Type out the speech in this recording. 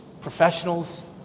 professionals